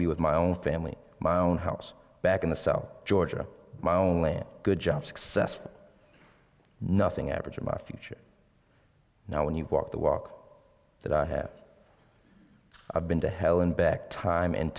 to be with my own family my own house back in the cell georgia my own land good job successful nothing average in my future now when you've walked the walk that i have i've been to hell and back time and